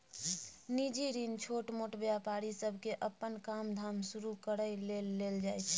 निजी ऋण छोटमोट व्यापारी सबके अप्पन काम धंधा शुरू करइ लेल लेल जाइ छै